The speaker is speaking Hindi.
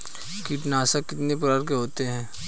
कीटनाशक कितने प्रकार के होते हैं?